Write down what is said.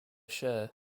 share